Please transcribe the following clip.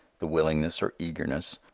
the willingness or eagerness,